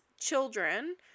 children